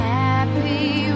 happy